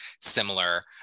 similar